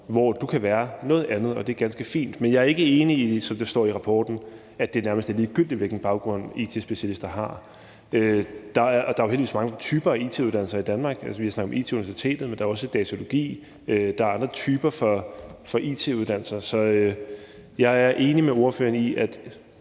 hvor du kan være noget andet, og det er ganske fint. Men jeg er ikke enig i det, som står i redegørelsen, at det nærmest er ligegyldigt, hvilken baggrund it-specialister har. Der er heldigvis mange typer it-uddannelser i Danmark. Vi har snakket om IT-Universitetet, men der er også datalogi og andre typer for it-uddannelser. Så jeg er enig med ordføreren i, at